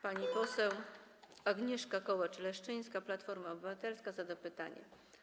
Pani poseł Agnieszka Kołacz-Leszczyńska, Platforma Obywatelska, zada pytanie.